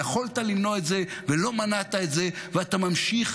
יכולת למנוע את זה ולא מנעת את זה, ואתה ממשיך